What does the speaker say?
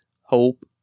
hope